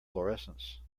fluorescence